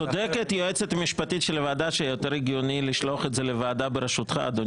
הצעת חוק התכנון והבנייה (תיקון דיון בהחלטות ועדות משנה),